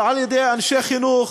אבל על-ידי אנשי חינוך